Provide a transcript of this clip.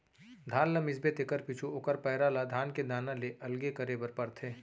धान ल मिसबे तेकर पीछू ओकर पैरा ल धान के दाना ले अलगे करे बर परथे